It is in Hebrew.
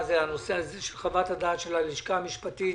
העניין של חוות הדעת של הלשכה המשפטית